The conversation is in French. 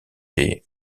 des